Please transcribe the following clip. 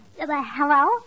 hello